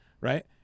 right